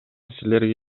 силерге